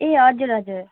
ए हजुर हजुर